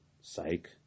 Psych